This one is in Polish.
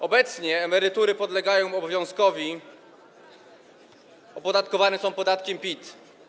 Obecnie emerytury podlegają obowiązkowi, opodatkowane są podatkiem PIT.